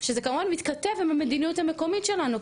שזה כמובן מתכתב עם המדיניות המקומית שלנו.